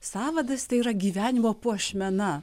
sąvadas tai yra gyvenimo puošmena